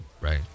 right